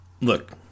look